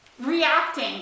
Reacting